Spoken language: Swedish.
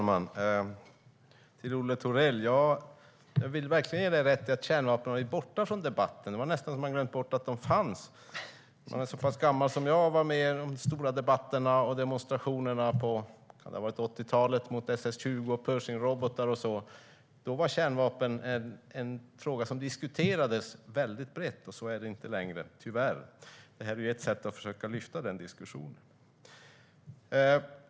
Herr talman! Jag vill verkligen ge Olle Thorell rätt i att kärnvapen har varit borta från debatten. Man hade nästan glömt bort att de fanns. Jag är så pass gammal att jag var med under de stora debatterna om och demonstrationerna mot SS20 och Pershingrobotar på 80-talet. Då var kärnvapen en fråga som diskuterades väldigt brett. Så är det inte längre, tyvärr. Det här är ett sätt att försöka lyfta upp den diskussionen.